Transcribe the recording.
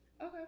Okay